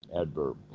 adverb